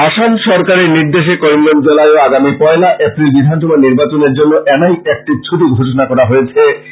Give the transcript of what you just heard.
আসাম সরকারের নির্দেশে করিমগঞ্জ জেলায়ও আগামী পয়লা এপ্রিল বিধানসভা নির্বাচনের জন্য এন আই এক্টে ছুটি ঘোষনা করা হয়েছে